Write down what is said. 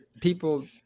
People